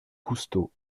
cousteau